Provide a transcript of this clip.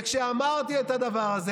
וכשאמרתי את הדבר הזה,